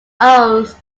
owns